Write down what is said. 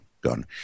gun